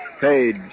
Page